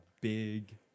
big